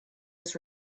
was